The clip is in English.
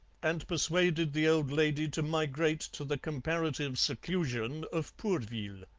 and persuaded the old lady to migrate to the comparative seclusion of pourville.